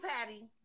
Patty